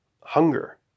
hunger